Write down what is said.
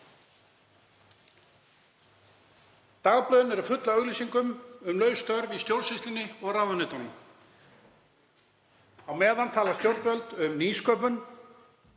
Dagblöðin eru full af auglýsingum um laus störf í stjórnsýslunni og ráðuneytunum. Á meðan tala stjórnvöld um nýsköpun,